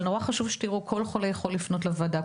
אבל נורא חשוב שתדעו שכל חולה יכול לפנות לוועדה,